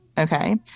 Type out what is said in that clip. Okay